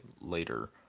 later